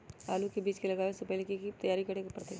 आलू के बीज के लगाबे से पहिले की की तैयारी करे के परतई?